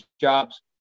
jobs